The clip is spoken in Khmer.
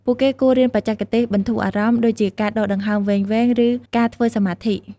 ពួកគេគួររៀនបច្ចេកទេសបន្ធូរអារម្មណ៍ ដូចជាការដកដង្ហើមវែងៗ ឬការធ្វើសមាធិ។